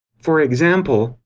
for example,